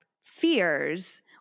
fears